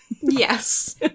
Yes